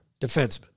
defenseman